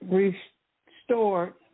restored